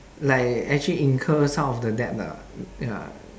like actually incur some of the debt lah ya